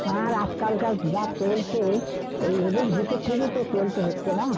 আর আজকালকার যা চলছে এই এই ওদের ভিতর থেকেই তো চলতে হচ্ছে না